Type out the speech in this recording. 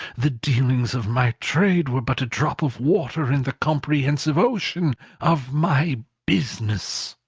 the dealings of my trade were but a drop of water in the comprehensive ocean of my business!